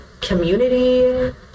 community